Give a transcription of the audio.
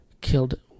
killed